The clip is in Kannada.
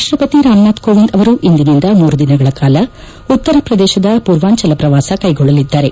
ರಾಷ್ಟಪತಿ ರಾಮನಾಥ್ ಕೋವಿಂದ್ ಅವರು ಇಂದಿನಿಂದ ಮೂರು ದಿನಗಳ ಉತ್ತರವ್ರದೇಶದ ಪೂರ್ವಾಂಚಲ ಪ್ರವಾಸ ಕೈಗೊಳ್ಳಲಿದ್ದಾರೆ